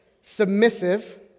submissive